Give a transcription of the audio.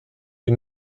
que